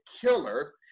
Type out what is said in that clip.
killer